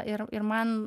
ir ir man